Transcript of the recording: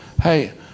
Hey